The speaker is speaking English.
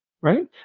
Right